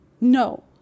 No